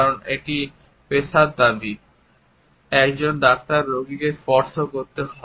কারণ এটি পেশার দাবি একজন ডাক্তার রোগীকে স্পর্শ করতে হয়